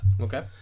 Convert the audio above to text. Okay